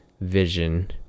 vision